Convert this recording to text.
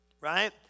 Right